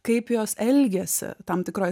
kaip jos elgiasi tam tikroj